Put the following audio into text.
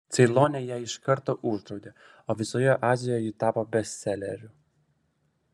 ceilone ją iš karto uždraudė o visoje azijoje ji tapo bestseleriu